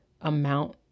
amount